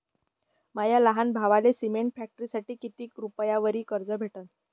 माया लहान भावाले सिमेंट फॅक्टरीसाठी कितीक रुपयावरी कर्ज भेटनं?